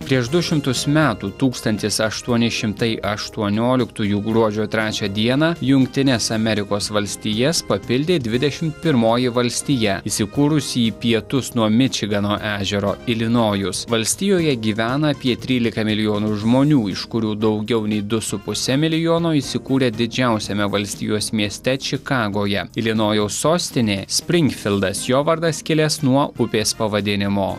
prieš du šimtus metų tūkstantis aštuoni šimtai aštuonioliktųjų gruodžio trečią dieną jungtines amerikos valstijas papildė dvidešimt pirmoji valstija įsikūrusi į pietus nuo mičigano ežero ilinojus valstijoje gyvena apie trylika milijonų žmonių iš kurių daugiau nei du su puse milijono įsikūrė didžiausiame valstijos mieste čikagoje ilinojaus sostinė sprinkifildas jo vardas kilęs nuo upės pavadinimo